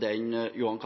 den Johan